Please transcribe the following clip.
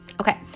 Okay